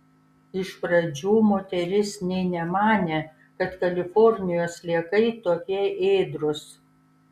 iš pradžių moteris nė nemanė kad kalifornijos sliekai tokie ėdrūs